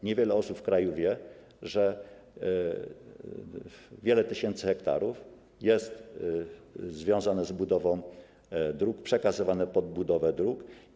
Niewiele osób w kraju wie, że wiele tysięcy hektarów jest związanych z budową dróg, jest przekazywanych pod budowę dróg.